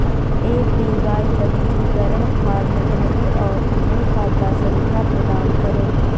APY पंजीकरण form भरें और उन्हें खाता संख्या प्रदान करें